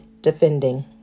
defending